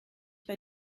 bei